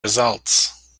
results